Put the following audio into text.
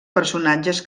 personatges